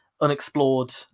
unexplored